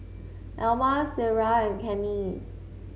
Elma Ciera and Kenney